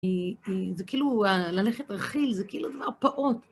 זה כאילו ללכת רכיל, זה כאילו דבר פעוט.